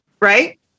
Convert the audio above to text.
right